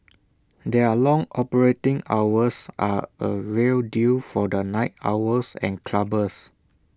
their long operating hours are A real deal for the night owls and clubbers